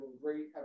great